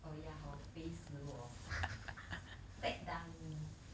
oh ya hor 肥死我 fat die me